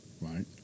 right